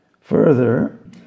Further